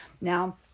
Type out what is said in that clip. Now